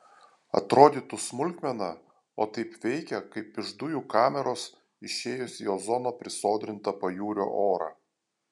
atrodytų smulkmena o taip veikia kaip iš dujų kameros išėjus į ozono prisodrintą pajūrio orą